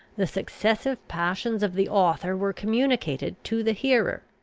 the successive passions of the author were communicated to the hearer.